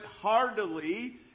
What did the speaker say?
heartily